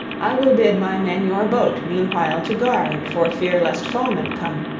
i will bid my men your boat meanwhile to guard for fear lest foemen come,